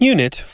Unit